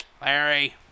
Larry